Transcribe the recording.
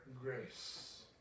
grace